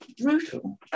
brutal